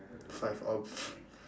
five of